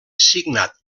signat